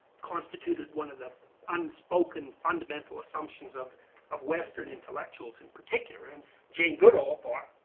constituted one of the unspoken fundamental assumptions of of western intellectuals in particular. and jane goodall thought,